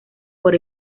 por